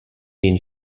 den